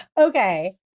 okay